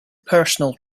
personal